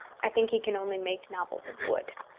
i think he can only make novels of wood.